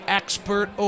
expert